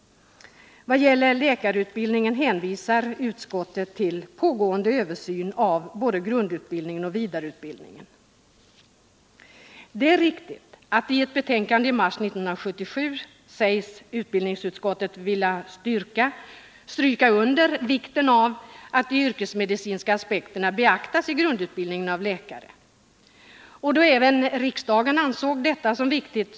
Vad gäller läkarutbildningen hänvisar utskottet till pågående översyn av både grundutbildningen och vidareutbildningen. Det är riktigt att utbildningsutskottet i ett betänkande i mars 1977 betonade vikten av att de yrkesmedicinska aspekterna beaktas när det gäller grundutbildningen för läkare. Även riksdagen ansåg detta vara viktigt.